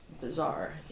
bizarre